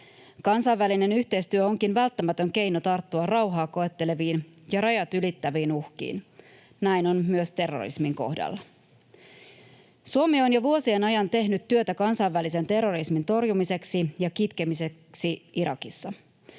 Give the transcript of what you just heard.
Kansainvälinen yhteistyö onkin välttämätön keino tarttua rauhaa koetteleviin ja rajat ylittäviin uhkiin. Näin on myös terrorismin kohdalla. Suomi on jo vuosien ajan tehnyt työtä kansainvälisen terrorismin torjumiseksi ja kitkemiseksi Irakissa.